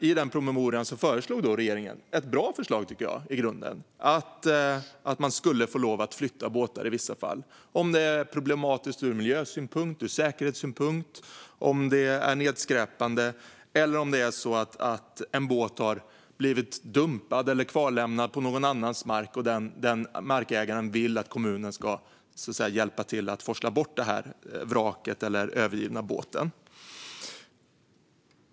I den promemorian hade regeringen ett förslag som jag i grunden tycker är bra, nämligen att man skulle få lov att flytta båtar i vissa fall: om en båt är problematisk ur miljösynpunkt eller ur säkerhetssynpunkt, om den är nedskräpande eller om den har blivit dumpad eller kvarlämnad på någon annans mark och markägaren vill att kommunen ska hjälpa till att forsla bort vraket eller den övergivna båten.